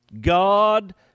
God